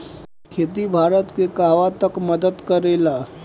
खेती भारत के कहवा तक मदत करे ला?